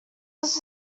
was